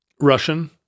Russian